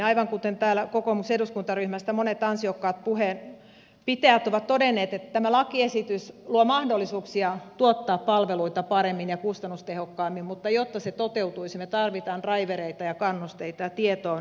aivan kuten täällä kokoomuksen eduskuntaryhmästä monet ansiokkaat puheen pitäjät ovat todenneet tämä lakiesitys luo mahdollisuuksia tuottaa palveluita paremmin ja kustannustehokkaammin mutta jotta se toteutuisi me tarvitsemme draivereita ja kannusteita ja tieto on yksi